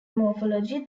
morphology